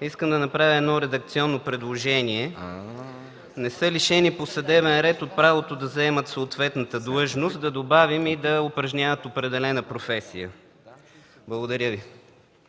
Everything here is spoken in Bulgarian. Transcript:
искам да направя едно редакционно предложение – в „не са лишени по съдебен ред от правото да заемат съответната длъжност” да добавим „и да упражняват определена професия”. Благодаря Ви.